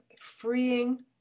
freeing